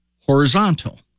horizontal